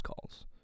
calls